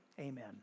amen